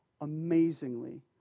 amazingly